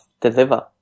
Deliver